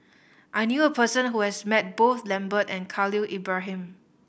I knew a person who has met both Lambert and Khalil Ibrahim